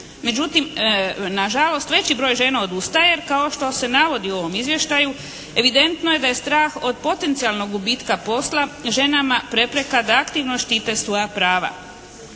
Međutim nažalost veći broj žena odustaje jer kao što se navodi u ovom izvještaju evidentno je da je strah od potencijalnog gubitka posla ženama prepreka da aktivno štite svoja prava.